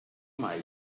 mai